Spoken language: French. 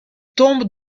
tombe